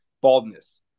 baldness